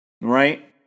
right